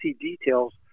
details